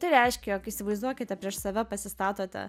tai reiškia jog įsivaizduokite prieš save pasistatote